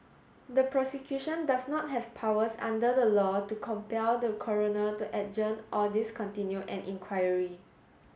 the Prosecution does not have powers under the law to compel the Coroner to adjourn or discontinue an inquiry